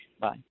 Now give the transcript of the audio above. Bye